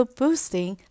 boosting